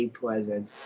pleasant